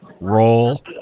roll